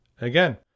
Again